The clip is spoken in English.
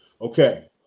Okay